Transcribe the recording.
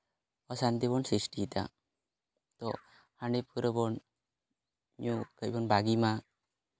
ᱚᱥᱟᱱᱛᱤ ᱵᱚᱱ ᱥᱨᱤᱥᱴᱤᱭᱮᱫᱟ ᱛᱚ ᱦᱟᱺᱰᱤ ᱯᱟᱹᱣᱨᱟᱹ ᱵᱚᱱ ᱧᱩ ᱠᱟᱹᱡ ᱵᱚᱱ ᱵᱟᱹᱜᱤᱢᱟ